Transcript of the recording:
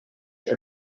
are